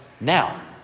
now